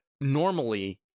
normally